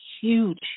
huge